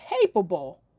capable